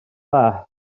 dda